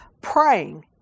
praying